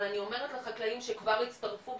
אבל אני אומרת לחקלאים שכבר הצטרפו,